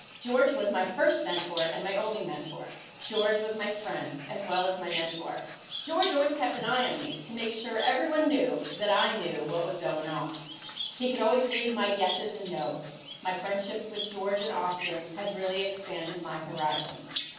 george was my first mentor and my only mentor george was my friend as well as my mentor george always kept an eye on me to make sure everyone knew that i knew what was going on he could always read my yeses and noes my friendships with george and austin have really expanded my horizons